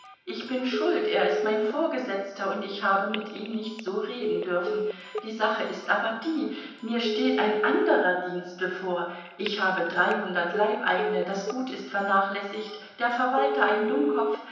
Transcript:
ich bin schuld er ist mein vorgesetzter und ich habe mit ihm nicht so reden dürfen die sache ist aber die mir steht ein anderer dienst bevor ich habe dreihundert leibeigene das gut ist vernachlässigt der verwalter ein dummkopf